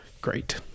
Great